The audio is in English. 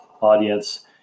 audience